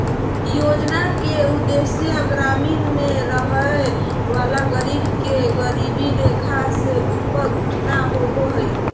योजना के उदेश्य ग्रामीण में रहय वला गरीब के गरीबी रेखा से ऊपर उठाना होबो हइ